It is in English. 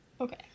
Okay